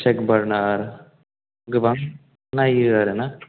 tech बारनार गोबां नायो आरोना